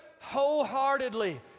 wholeheartedly